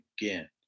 again